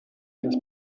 his